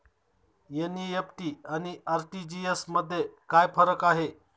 NEFT आणि RTGS मध्ये काय फरक आहे?